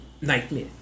nightmare